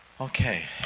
Okay